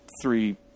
three